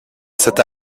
cette